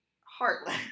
heartless